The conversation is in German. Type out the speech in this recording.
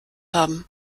haben